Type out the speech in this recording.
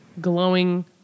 glowing